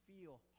feel